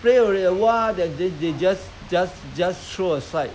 yeah yeah yes correct correct correct I try to highlight I mean